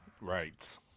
Right